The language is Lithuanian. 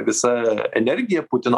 visa energija putino